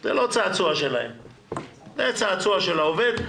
זה צעצוע של העובד.